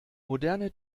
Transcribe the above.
moderne